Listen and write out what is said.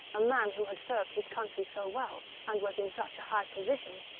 a man who had served his country so well, and was in such a high position,